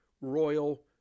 Royal